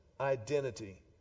identity